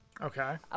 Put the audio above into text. Okay